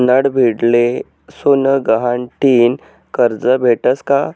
नडभीडले सोनं गहाण ठीन करजं भेटस का?